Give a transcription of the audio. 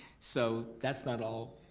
so that's not all,